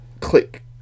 click